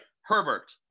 Herbert